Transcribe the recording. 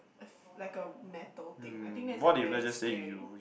like a metal thing I think that's like very scary